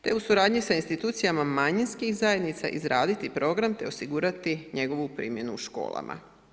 Te u suradnji sa institucijama manjinskih zajednica izraditi program te osigurati njegovu primjenu u školama.